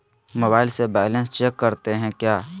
Mobile से balance check करते हैं क्या?